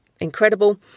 incredible